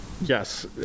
yes